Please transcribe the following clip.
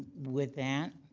with that,